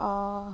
অঁ